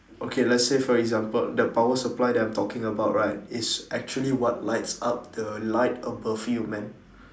okay let's say for example the power supply that I'm talking about right is actually what lights up the light above you man